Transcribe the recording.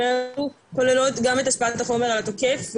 האלו כוללות גם את השפעת החומר על התוקף,